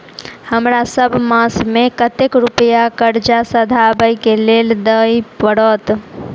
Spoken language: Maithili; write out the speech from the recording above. हमरा सब मास मे कतेक रुपया कर्जा सधाबई केँ लेल दइ पड़त?